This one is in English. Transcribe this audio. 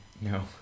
No